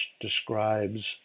describes